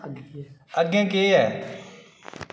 अग्गें केह् ऐ